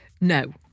No